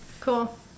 Cool